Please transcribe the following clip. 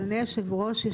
אדוני יושב הראש,